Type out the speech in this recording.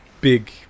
big